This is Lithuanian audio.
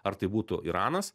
ar tai būtų iranas